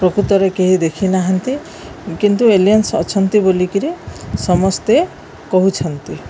ପ୍ରକୃତରେ କେହି ଦେଖି ନାହାନ୍ତି କିନ୍ତୁ ଏଲିଅନ୍ସ ଅଛନ୍ତି ବୋଲିକିରି ସମସ୍ତେ କହୁଛନ୍ତି